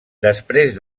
després